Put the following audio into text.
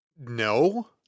No